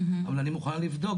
אבל אני מוכנה לבדוק,